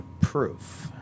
proof